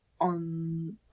on